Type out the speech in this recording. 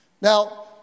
now